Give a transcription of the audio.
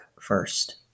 first